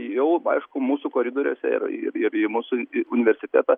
jau aišku mūsų koridoriuose ir ir ir į mūsų į universitetą